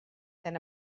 than